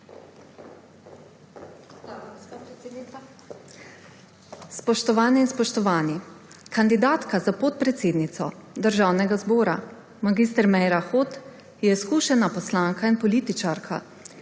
Spoštovane in spoštovani! Kandidatka za podpredsednico Državnega zbora mag. Meira Hot je izkušena poslanka in političarka,